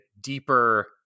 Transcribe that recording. deeper